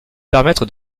permettre